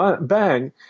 bang